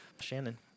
Shannon